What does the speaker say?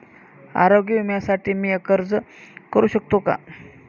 आरोग्य विम्यासाठी मी अर्ज करु शकतो का?